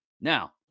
Now